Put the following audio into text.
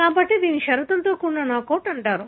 కాబట్టి దీనిని షరతులతో కూడిన నాకౌట్ అంటారు